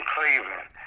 Cleveland